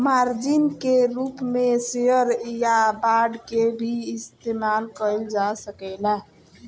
margin के रूप में शेयर या बांड के भी इस्तमाल कईल जा सकेला